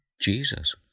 Jesus